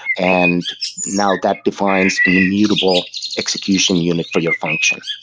and now that defines an immutable execution unit for your function.